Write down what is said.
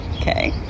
Okay